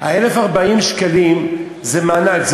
1,040 השקלים זה מענק,